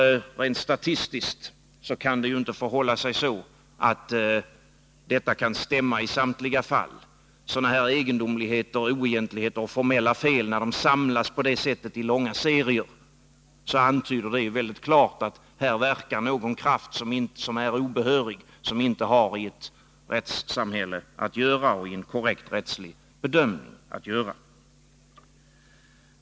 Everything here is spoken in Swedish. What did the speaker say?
Rent statistiskt kan detta inte stämma i samtliga fall. När sådana här egendomligheter, oegentligheter och formella fel på detta sätt samlas i långa serier, antyder det mycket klart att det här verkar någon kraft som är obehörig, som inte har i ett rättssamhälle och en korrekt rättslig bedömning att göra.